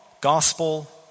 gospel